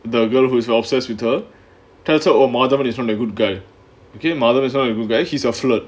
the girl who is obsessed with her tells her oh madhavan is not a good guy okay madhavan is not a good guy he's a flirt